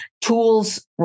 tools